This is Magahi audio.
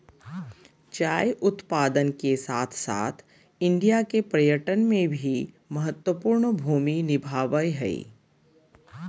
चाय उत्पादन के साथ साथ इंडिया के पर्यटन में भी महत्वपूर्ण भूमि निभाबय हइ